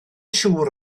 siŵr